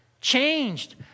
changed